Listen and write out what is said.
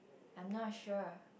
I'm not sure